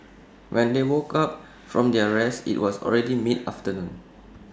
when they woke up from their rest IT was already mid afternoon